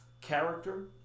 character